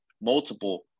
multiple